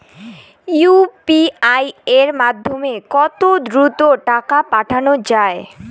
UPI এর মাধ্যমে কত দ্রুত টাকা পাঠানো যায়?